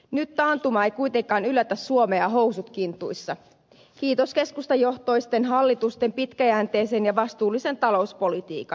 nyt taantuma ei kuitenkaan yllätä suomea housut kintuissa kiitos keskustajohtoisten hallitusten pitkäjänteisen ja vastuullisen talouspolitiikan